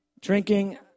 drinking